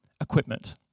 equipment